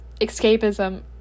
escapism